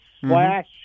slash